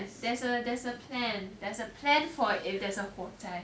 there's a there's a plan there's a plan for if there's a 火灾